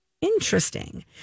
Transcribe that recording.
interesting